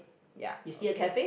ya okay